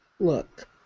look